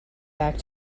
back